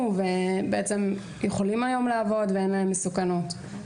ובעצם יכולים היום לעבוד ואין להם מסוכנות.